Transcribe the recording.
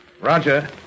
Roger